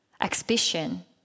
exhibition